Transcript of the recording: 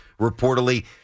reportedly